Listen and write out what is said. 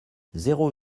zéro